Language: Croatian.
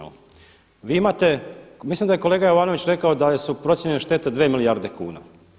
Vi imate, mislim da je kolega Jovanović rekao da su procijenjene štete 2 milijarde kuna.